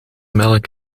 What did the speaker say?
melk